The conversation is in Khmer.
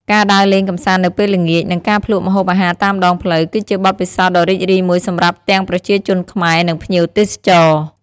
ការដើរលេងកម្សាន្តនៅពេលល្ងាច និងការភ្លក់ម្ហូបអាហារតាមដងផ្លូវ គឺជាបទពិសោធន៍ដ៏រីករាយមួយសម្រាប់ទាំងប្រជាជនខ្មែរ និងភ្ញៀវទេសចរណ៍ ។